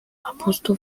apustu